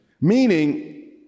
Meaning